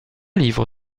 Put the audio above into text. livre